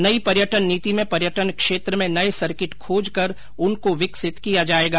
नई पर्यटन नीति में पर्यटन क्षेत्र में नए सर्किट खोज कर उनको विकसित किया जाएगा